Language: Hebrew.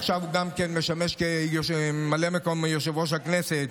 עכשיו הוא גם משמש ממלא מקום יושב-ראש הכנסת.